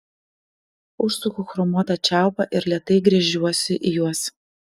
užsuku chromuotą čiaupą ir lėtai gręžiuosi į juos